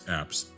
apps